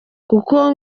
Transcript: kuko